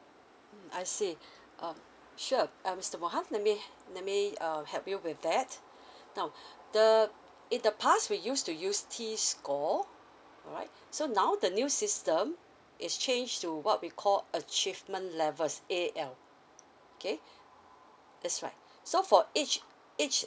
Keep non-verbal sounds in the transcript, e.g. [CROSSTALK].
mm I see [BREATH] uh sure uh mister mohan let me let me uh help you with that now the in the past we used to use T score alright so now the new system it's change to what we called achievement levels A_L okay that's right so for each each